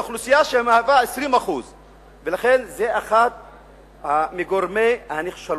באוכלוסייה שמהווה 20%. לכן זה אחד מגורמי הנחשלות.